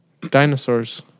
Dinosaurs